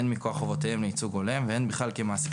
הן מכוח חובותיהן לייצוג הולם והן כמעסיקים